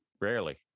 rarely